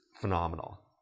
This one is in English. phenomenal